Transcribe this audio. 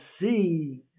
see